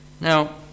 Now